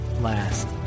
last